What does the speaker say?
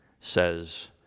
says